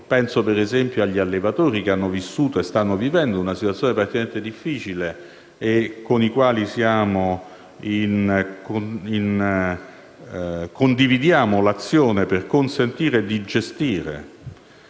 Penso, per esempio, agli allevatori, che hanno vissuto e stanno vivendo una situazione particolarmente difficile, con i quali condividiamo l'azione per consentire di gestire